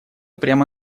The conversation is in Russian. прямо